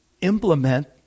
implement